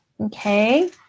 okay